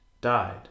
died